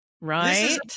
Right